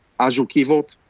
azure key vault,